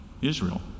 Israel